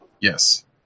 Yes